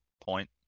point